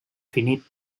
finit